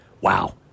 wow